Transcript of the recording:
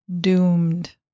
Doomed